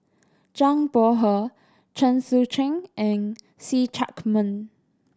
Zhang Bohe Chen Sucheng and See Chak Mun